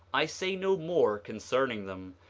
i say no more concerning them,